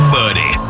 buddy